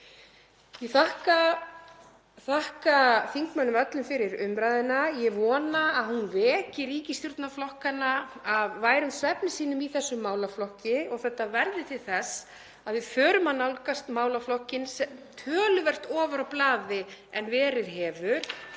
Ég þakka þingmönnum öllum fyrir umræðuna. Ég vona að hún veki ríkisstjórnarflokkanna af værum svefni sínum í þessum málaflokki og að þetta verði til þess að við förum að nálgast málaflokkinn töluvert ofar á blaði en verið hefur.